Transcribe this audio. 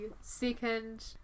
second